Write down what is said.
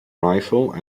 rifle